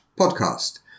podcast